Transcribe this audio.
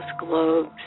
globes